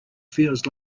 feels